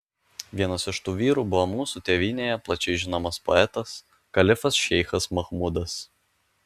vienas iš tų vyrų buvo mūsų tėvynėje plačiai žinomas poetas kalifas šeichas machmudas